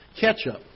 ketchup